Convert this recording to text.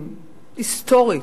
היסטורית,